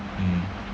mm